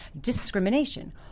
discrimination